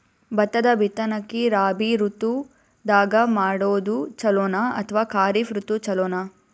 ಭತ್ತದ ಬಿತ್ತನಕಿ ರಾಬಿ ಋತು ದಾಗ ಮಾಡೋದು ಚಲೋನ ಅಥವಾ ಖರೀಫ್ ಋತು ಚಲೋನ?